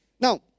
Now